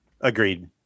Agreed